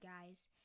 guys